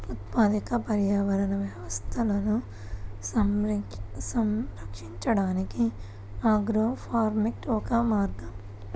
ఉత్పాదక పర్యావరణ వ్యవస్థలను సంరక్షించడానికి ఆగ్రోఫారెస్ట్రీ ఒక మార్గం